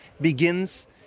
begins